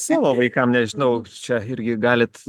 savo vaikam nežinau čia irgi galit